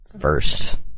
first